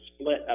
split